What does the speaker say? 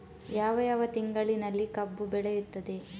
ಯಾವ ಯಾವ ತಿಂಗಳಿನಲ್ಲಿ ಕಬ್ಬು ಬೆಳೆಯುತ್ತದೆ?